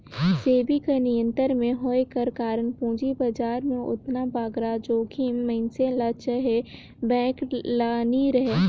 सेबी कर नियंत्रन में होए कर कारन पूंजी बजार में ओतना बगरा जोखिम मइनसे ल चहे बेंक ल नी रहें